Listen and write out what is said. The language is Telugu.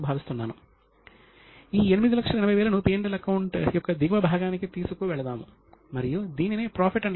వాస్తవానికి ప్రాచీన భారతదేశంలో శ్రీని యొక్క వాడకం ఉండేది